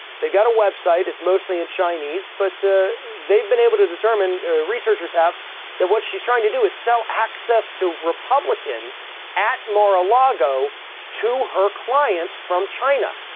they've got a website, it's mostly in chinese, but ah, they've been able to determine a researchers have that what she's trying to do is sell access to republicans at mara lago to her clients from china.